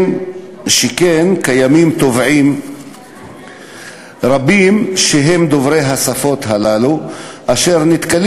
שכן קיימים תובעים רבים שהם דוברי השפות האלה והם נתקלים